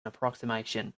approximation